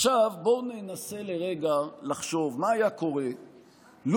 בואו ננסה לרגע לחשוב מה היה קורה לו